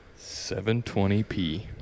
720p